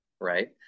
right